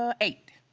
ah eight.